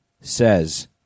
Says